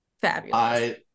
Fabulous